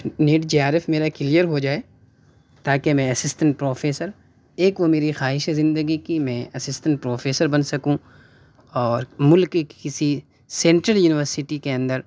net J R F میرا clear ہو جائے تاکہ میں اسسٹنٹ پروفیسر ایک وہ میری خواہش ہے زندگی کی میں اسسٹنٹ پروفیسر بن سکوں اور ملک کی کسی سینٹرل یونیورسٹی کے اندر